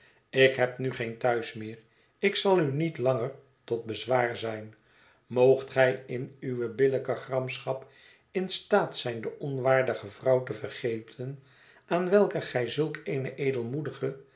ik heb nu geen thuis meer ik zal u niet langer tot bezwaar zijn mo ogt gij in uwe billijke gramschap in staat zijn de onwaardige vrouw te vergeten aan welke gij zulk